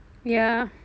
ya